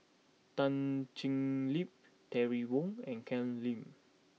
Tan Thoon Lip Terry Wong and Ken Lim